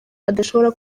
adashobora